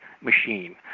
machine